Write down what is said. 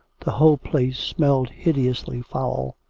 the whole place smelled hideously foul.